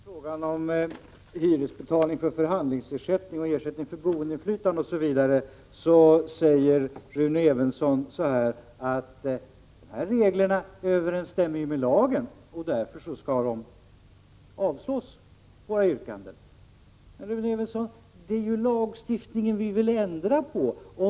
Herr talman! När det gäller frågan om hyresbetalning för förhandlingsersättning och ersättning för boinflytande osv. säger Rune Evensson att reglerna överensstämmer med lagen och därför skall reservationen avslås. Men det är ju lagstiftningen vi vill ändra på, Rune Evensson.